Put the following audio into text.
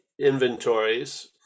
inventories